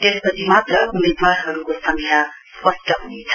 त्यसपछि मात्र उम्मेदवारहरुको संख्या स्पष्ट हनेछ